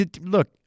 look